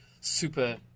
super